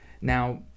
Now